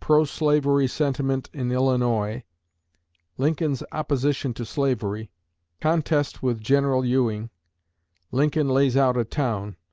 pro-slavery sentiment in illinois lincoln's opposition to slavery contest with general ewing lincoln lays out a town